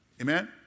Amen